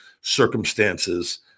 circumstances